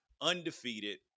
Undefeated